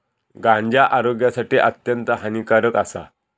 गांजा आरोग्यासाठी अत्यंत हानिकारक आसा